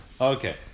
okay